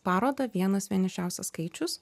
parodą vienas vienišiausias skaičius